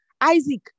Isaac